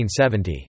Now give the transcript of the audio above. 1970